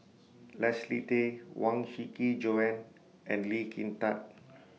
Leslie Tay Huang Shiqi Joan and Lee Kin Tat